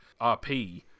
RP